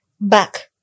back